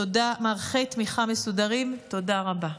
תודה רבה.